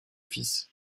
fils